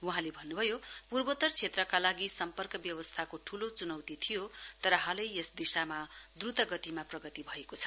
वहाँले भन्नुभयो पूर्वोतर क्षेत्रका लागि सम्पर्क व्यवस्थाको ठूलो चुनौती थियो तर हालै यस दिशामा द्रुत गतिमा प्रगति भएको छ